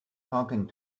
talking